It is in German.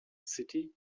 city